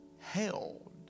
held